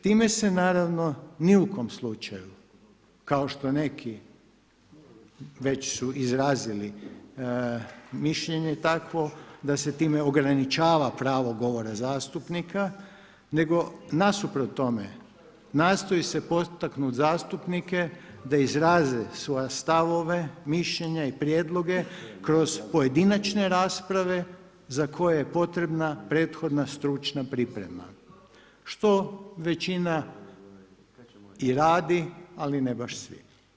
Time se naravno ni u kom slučaju kao što neki već su izrazili mišljenje takvo da se time ograničava pravo govora zastupnika, nego nasuprot tome nastoji se potaknuti zastupnike da izraze svoje stavove, mišljenja i prijedloge kroz pojedinačne rasprave za koje je potrebna prethodna stručna priprema što većina i radi, ali ne baš svi.